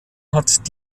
hat